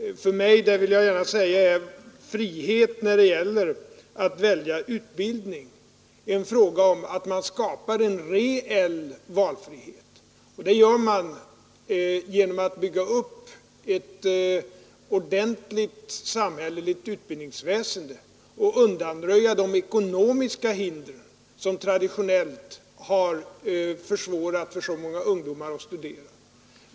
För mig — det vill jag gärna säga — är frihet när det gäller att välja utbildning en fråga om att man skapar en reell valfrihet, och det gör man genom att bygga upp ett ordentligt samhälleligt utbildningsväsende och undanröja de ekonomiska hinder som traditionellt har försvårat för så många ungdomar att studera.